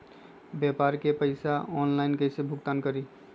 व्यापारी के पैसा ऑनलाइन कईसे भुगतान करी?